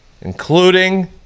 including